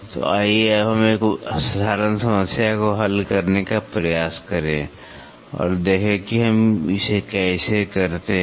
तो आइए अब हम एक साधारण समस्या को हल करने का प्रयास करें और देखें कि हम इसे कैसे करते हैं